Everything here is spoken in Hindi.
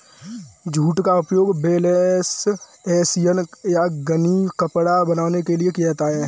जूट का उपयोग बर्लैप हेसियन या गनी कपड़ा बनाने के लिए किया जाता है